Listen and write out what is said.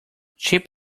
cheap